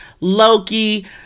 loki